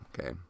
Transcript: okay